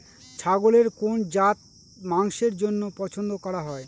ছাগলের কোন জাত মাংসের জন্য পছন্দ করা হয়?